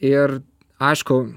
ir aišku